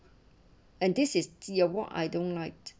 and this is ya what I don't like